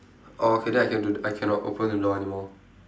orh okay then I can do I cannot open the door anymore